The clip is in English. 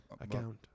account